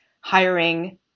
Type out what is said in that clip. hiring